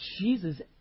Jesus